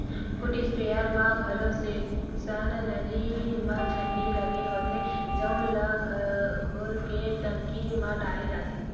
foot sprayer म घलो section नली म छन्नी लगे होथे जउन ल घोर के टंकी म डाले जाथे